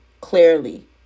Clearly